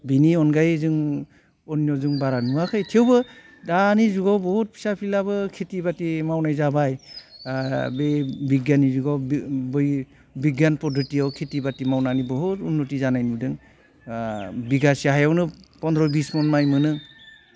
बिनि अनगायै जों अन्य' जों बारा नुवाखै थेवबो दानि जुगाव बहुद फिसा फिलाबो खेथि बाथि मावनाय जाबाय बे बिगियाननि जुगाव बे बै बिगियान फद्दटियाव खेथि बाथि मावनानै बहुद अन्नुटि जानाय नुदों बिगासे हायावनो फन्द्र बिस मन माइ मोनो